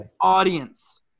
audience